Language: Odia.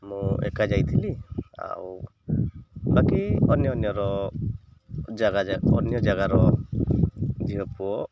ମୁଁ ଏକା ଯାଇଥିଲି ଆଉ ବାକି ଅନ୍ୟ ଅନ୍ୟର ଜାଗା ଯାକ ଅନ୍ୟ ଜାଗାର ଝିଅ ପୁଅ